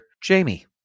Jamie